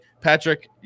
Patrick